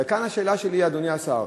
וכאן השאלה שלי, אדוני השר.